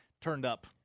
turned-up